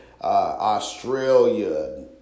Australia